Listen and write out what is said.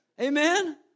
Amen